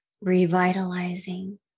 Revitalizing